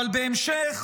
אבל בהמשך